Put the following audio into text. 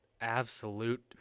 absolute